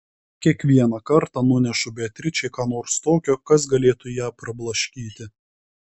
kiekvieną kartą nunešu beatričei ką nors tokio kas galėtų ją prablaškyti